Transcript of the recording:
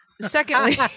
Secondly